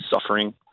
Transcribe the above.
suffering